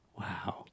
Wow